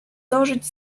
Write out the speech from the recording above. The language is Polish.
dożyć